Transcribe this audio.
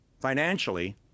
financially